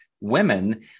women